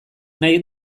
nahi